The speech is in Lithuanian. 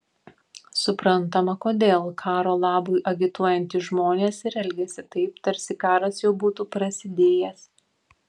suprantama kodėl karo labui agituojantys žmonės ir elgiasi taip tarsi karas jau būtų prasidėjęs